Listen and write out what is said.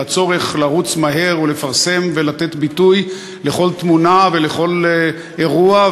והצורך לרוץ מהר ולפרסם ולתת ביטוי לכל תמונה ולכל אירוע,